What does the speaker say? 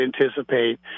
anticipate